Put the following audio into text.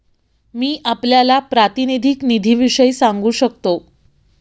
मी आपल्याला प्रातिनिधिक निधीविषयी सांगू शकतो